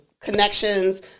connections